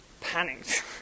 panicked